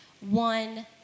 one